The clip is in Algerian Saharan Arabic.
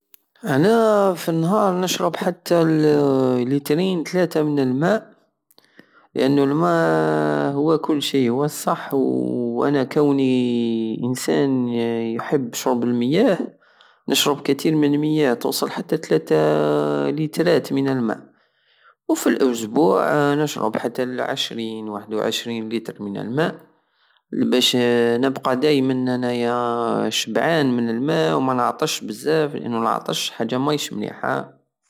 انا فالنهار نشرب حتى ل ليترين تلاتة من الماء لانو الماء هو كل شي هو الصح وانا كوني انسان يحب شرب المياه نشرب كتير من المياه توصل حتى تلاتة رستلات من المياه وفي الأسبوع نشرب حتى لعشرين واحد وعشرين لتر من الماء بش نبقى دايمان انا شبعان من الماء وما نعطش بزاف لانو لعطش حاجة ماهيش مليحة